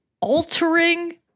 altering